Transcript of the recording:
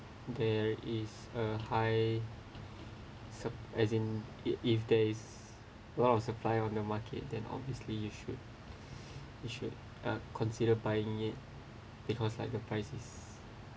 there is a high sup~ as in it if there's lot of supply on the market then obviously you should you should uh consider buying it because like the price is